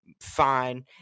fine